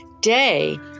Day